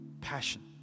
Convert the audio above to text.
Passion